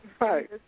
right